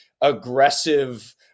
aggressive –